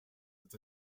its